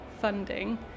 funding